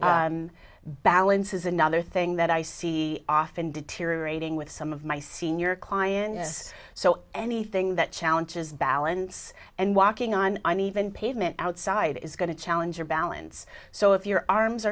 balance is another thing that i see often deteriorating with some of my senior client as so anything that challenges balance and walking on an even pavement outside is going to challenge your balance so if your arms